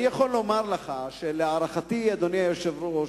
אני יכול לומר שלהערכתי, אדוני היושב-ראש,